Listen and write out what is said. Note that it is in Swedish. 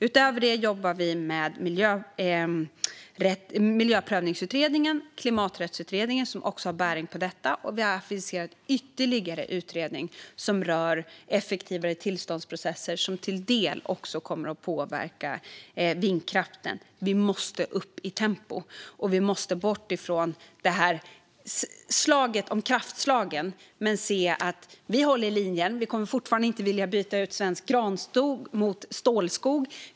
Utöver det jobbar vi med betänkandena från Miljöprövningsutredningen och Klimaträttsutredningen, som också har bäring på detta. Vi har dessutom aviserat en ytterligare utredning som rör effektivare tillståndsprocesser, vilket delvis kommer att påverka vindkraften. Vi måste upp i tempo, och vi måste bort från "slaget om kraftslagen". Vi håller linjen - vi vill fortfarande inte byta ut svensk granskog mot stålskog.